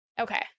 Okay